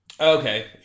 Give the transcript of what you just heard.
Okay